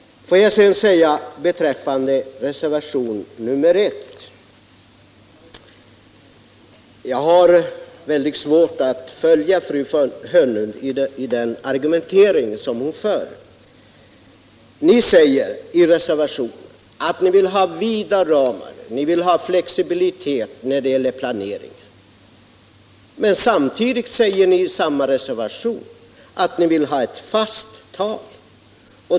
Får jag sedan säga beträffande reservationen 1 att jag har svårt att följa fru Hörnlunds argumentering. Ni säger i reservationen att ni vill ha vida ramar och flexibilitet när det gäller planeringen. Men samtidigt säger ni — i samma reservation — att ni vill ha ett fast tak.